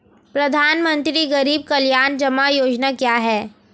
प्रधानमंत्री गरीब कल्याण जमा योजना क्या है?